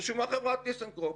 רשומה חברת טיסנקרופ,